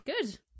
Good